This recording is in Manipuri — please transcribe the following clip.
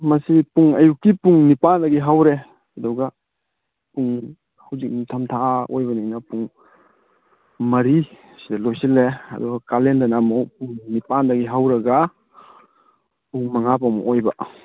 ꯃꯁꯤ ꯄꯨꯡ ꯑꯌꯨꯛꯀꯤ ꯄꯨꯡ ꯅꯤꯄꯥꯟꯗꯒꯤ ꯍꯧꯔꯦ ꯑꯗꯨꯒ ꯍꯧꯖꯤꯛ ꯅꯤꯡꯊꯝꯊꯥ ꯑꯣꯏꯕꯅꯤꯅ ꯄꯨꯡ ꯃꯔꯤ ꯁꯤꯗ ꯂꯣꯏꯁꯜꯂꯦ ꯑꯗꯨꯒ ꯀꯥꯂꯦꯟꯗꯅ ꯑꯃꯨꯛ ꯄꯨꯡ ꯅꯤꯄꯥꯟꯗꯒꯤ ꯍꯧꯔꯒ ꯄꯨꯡ ꯃꯉꯥ ꯐꯧ ꯑꯃꯨꯛ ꯑꯣꯏꯕ